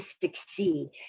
succeed